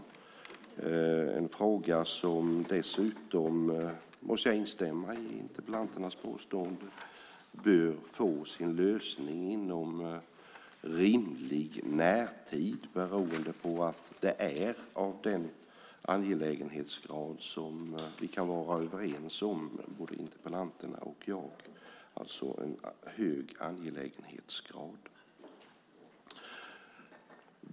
Det är dessutom en fråga som - där måste jag instämma i interpellanternas påstående - bör få sin lösning inom en rimlig i närtid eftersom den har hög angelägenhetsgrad, vilket interpellanterna och jag kan vara överens om.